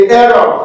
error